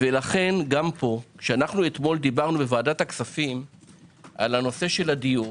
לכן גם פה כשדיברנו אתמול בוועדת הכספים על נושא הדיור,